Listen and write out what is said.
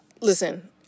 listen